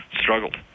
struggled